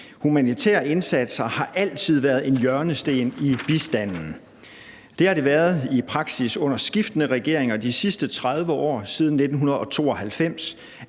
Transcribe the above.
Humanitære indsatser har altid været en hjørnesten i bistanden. Det har i praksis været sådan under skiftende regeringer de sidste 30 år, altså siden 1992,